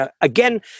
Again